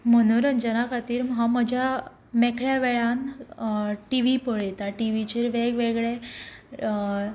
मनोरंजना खातीर हांव म्हज्या मेकळ्या वेळान टी व्ही पळयतां टी व्हीचेर वेग वेगळे